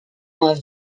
moins